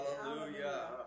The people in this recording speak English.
Hallelujah